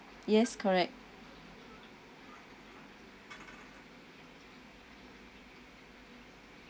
yes correct